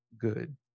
good